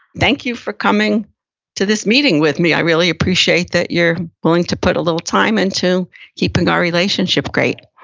thank you for coming to this meeting with me. i really appreciate that you're willing to put a little time into keeping our relationship great.